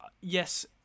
Yes